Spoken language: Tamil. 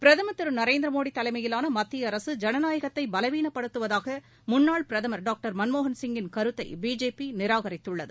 பிரதமர் திரு நரேந்திர மோடி தலைமையிலான மத்திய அரசு ஜனநாயகத்தை பலவீனப்படுத்துவதாக முன்னாள் பிரதமர் டாக்டர் மன்மோகன்சிங்கின் கருத்தை பிஜேபி நிராகரித்துள்ளது